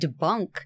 debunk